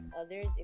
others